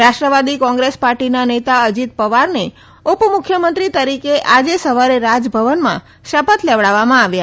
રાષ્ટ્રવાદી Congress પાર્ટીના નેતા અજીત પવારને ઉપમુખ્યમંત્રી તરીકે આજે સવારે રાજભવનમાં શપથ લેવડાવવામાં આવ્યા